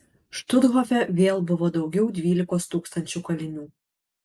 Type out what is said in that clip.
štuthofe vėl buvo daugiau dvylikos tūkstančių kalinių